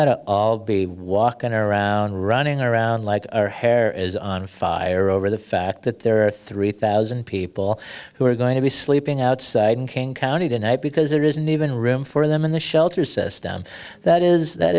we'll be walking around running around like our hair is on fire over the fact that there are three thousand people who are going to be sleeping outside in king county tonight because there isn't even room for them in the shelter system that is that